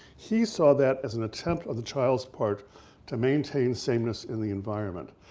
he saw that as an attempt on the child's part to maintain sameness in the environment.